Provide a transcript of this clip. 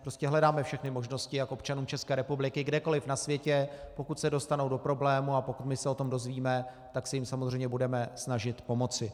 Prostě hledáme všechny možnosti, jak občanům České republiky kdekoliv na světě, pokud se dostanou do problémů a pokud my se o tom dozvíme, tak se jim samozřejmě budeme snažit pomoci.